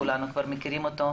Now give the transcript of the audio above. כבר כולם מכירים אותו.